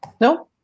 No